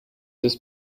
ist